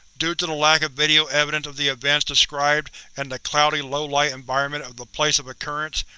due to the lack of video evidence of the events described and the cloudy, low-light environment of the place of occurrence,